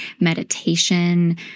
meditation